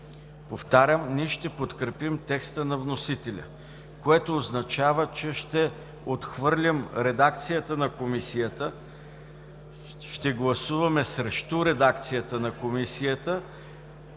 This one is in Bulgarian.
Повтарям, ще подкрепим текста на вносителя, което означава, че ще отхвърлим редакцията на Комисията. Ще гласуваме срещу редакцията на Комисията